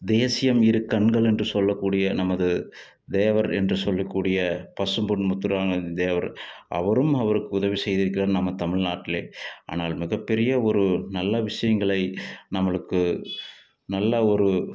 தேசியம் இரு கண்கள் என்று சொல்லக்கூடிய நமது தேவர் என்று சொல்லக்கூடிய பசும்பொன் முத்துராமலிங்கத்தேவர் அவரும் அவருக்கு உதவி செய்திருக்கிறார் நம்ம தமிழ்நாட்டிலே ஆனால் மிகப்பெரிய ஒரு நல்ல விஷயங்களை நம்மளுக்கு நல்ல ஒரு